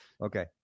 okay